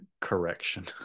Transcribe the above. correction